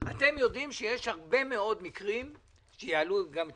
אתם יודעים שיש הרבה מאוד מקרים - שיעלו גם את